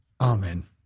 Amen